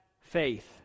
faith